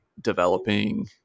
developing